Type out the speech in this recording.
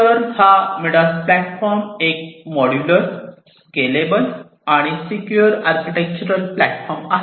तर हा Midas platform एक मॉड्यूलर स्केलेबल आणि सिक्युअर आर्किटेक्चरल प्लॅटफॉर्म आहे